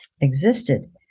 existed